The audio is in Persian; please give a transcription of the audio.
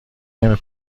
نمی